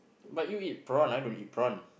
but you eat prawn I don't eat prawn